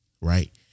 right